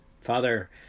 Father